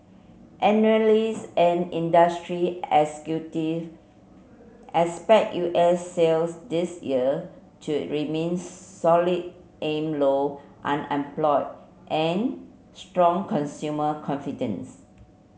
analyst and industry executive expect U S sales this year to remain solid amid low unemployment and strong consumer confidence